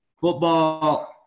Football